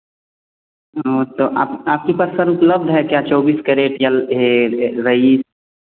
तो आप आपके पास सर उपलब्ध है क्या चौबीस कैरेट या है रईस